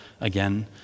again